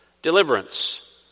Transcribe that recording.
Deliverance